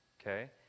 Okay